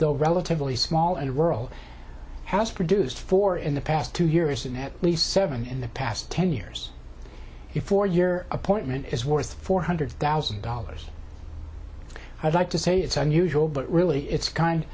the relatively small and rural has produced four in the past two years and at least seven in the past ten years before your appointment is worth four hundred thousand dollars i'd like to say it's unusual but really it's kind